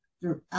throughout